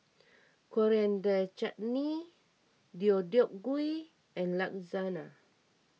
Coriander Chutney Deodeok Gui and Lasagna